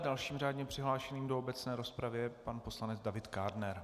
Dalším řádně přihlášeným do obecné rozpravy je pan poslanec David Kádner.